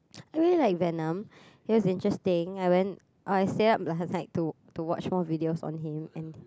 I really like venom it was interesting I went I stayed up last night to to watch more videos on him and